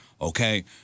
okay—